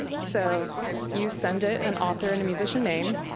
so you send it an author and a musician name.